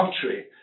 country